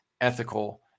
ethical